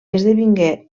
esdevingué